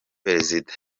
perezida